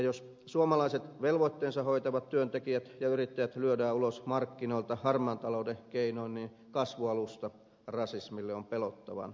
jos suomalaiset velvoitteensa hoitavat työntekijät ja yrittäjät lyödään ulos markkinoilta harmaan talouden keinoin niin kasvualusta rasismille on pelottavan otollinen